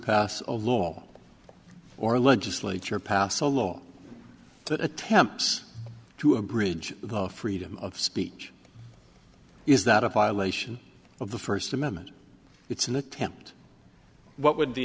pass a law or legislature pass a law that attempts to abridge the freedom of speech is that a violation of the first amendment it's an attempt what would